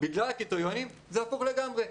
בגלל הקריטריונים זה הפוך לגמרי.